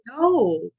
no